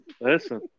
Listen